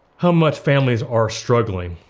how much families are struggling.